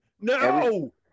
no